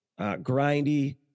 grindy